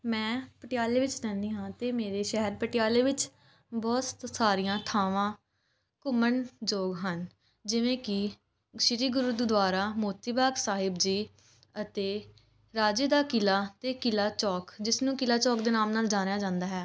ਮੈਂ ਪਟਿਆਲੇ ਵਿੱਚ ਰਹਿੰਦੀ ਹਾਂ ਅਤੇ ਮੇਰੇ ਸ਼ਹਿਰ ਪਟਿਆਲੇ ਵਿੱਚ ਬਹੁਤ ਸ ਸਾਰੀਆਂ ਥਾਵਾਂ ਘੁੰਮਣਯੋਗ ਹਨ ਜਿਵੇਂ ਕਿ ਸ਼੍ਰੀ ਗੁਰੂਦੁਆਰਾ ਮੋਤੀ ਬਾਗ ਸਾਹਿਬ ਜੀ ਅਤੇ ਰਾਜੇ ਦਾ ਕਿਲ੍ਹਾ ਅਤੇ ਕਿਲ੍ਹਾ ਚੌਂਕ ਜਿਸ ਨੂੰ ਕਿਲ੍ਹਾ ਚੌਂਕ ਦੇ ਨਾਮ ਨਾਲ ਜਾਣਿਆ ਜਾਂਦਾ ਹੈ